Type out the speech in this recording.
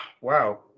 Wow